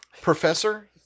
Professor